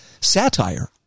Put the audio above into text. satire